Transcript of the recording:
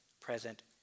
present